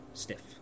stiff